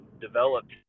developed